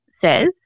says